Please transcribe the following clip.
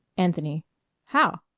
anthony how?